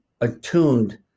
attuned